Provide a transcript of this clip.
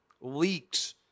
leaks